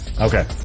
Okay